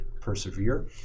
persevere